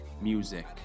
Music